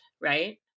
right